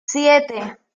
siete